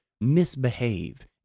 misbehave